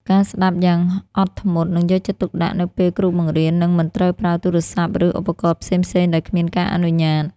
ការស្ដាប់យ៉ាងអត់ធ្មត់ និងយកចិត្តទុកដាក់នៅពេលគ្រូបង្រៀន និងមិនត្រូវប្រើទូរស័ព្ទឬឧបករណ៍ផ្សេងៗដោយគ្មានការអនុញ្ញាត។